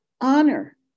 honor